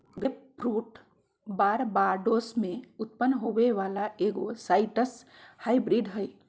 grapefruit Barbados में उत्पन्न होबो वला एगो साइट्रस हाइब्रिड हइ